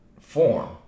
form